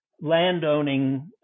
landowning